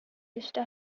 vista